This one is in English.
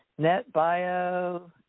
NetBio